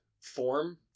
form